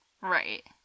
right